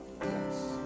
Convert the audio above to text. Yes